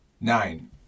Nine